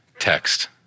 Text